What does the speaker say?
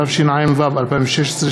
התשע"ו 2016,